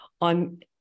on